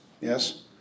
yes